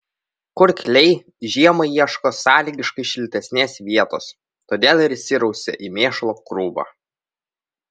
kurkliai žiemai ieško sąlygiškai šiltesnės vietos todėl ir įsirausia į mėšlo krūvą